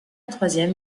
troisième